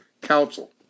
counsel